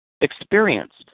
Experienced